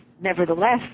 nevertheless